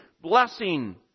Blessing